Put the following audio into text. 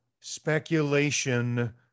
speculation